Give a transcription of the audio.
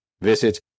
Visit